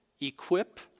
equip